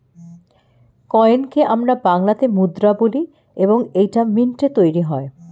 কয়েনকে আমরা বাংলাতে মুদ্রা বলি এবং এইটা মিন্টে তৈরী হয়